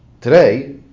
today